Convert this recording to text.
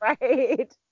right